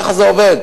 ככה זה עובד.